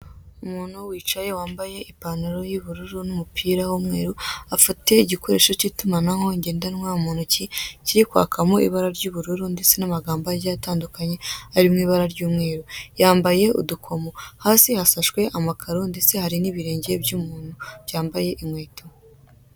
Umuntu wicaye wambaye ipantaro y'ubururu n'umupira w'umweru, afite igikoresho cy'itumanaho ngendanwa mu ntoki, kiri kwakamo ibara ry'ubururu ndetse n'amagambo agiye atandukanye ari mu ibara ry'umweru. Yambaye udukomo. Hasi hashashwe amakaro, ndetse hari n'ibirenge by'umuntu byampaye inkweto.